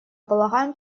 полагаем